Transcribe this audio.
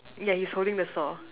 yeah he's holding the saw